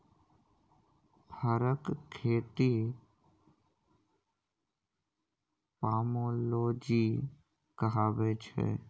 फरक खेती पामोलोजी कहाबै छै